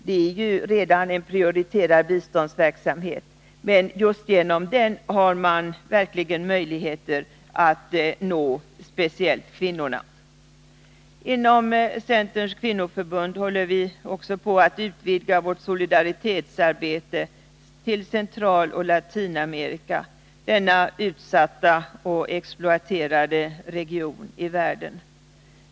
Det är redan en prioriterad biståndsverksamhet, men just den vägen har man verkligen möjligheter att nå speciellt kvinnorna. Inom Centerns kvinnoförbund håller vi också på att utvidga vårt solidaritetsarbete till Centraloch Latinamerika, denna utsatta och exploaterade region i världen.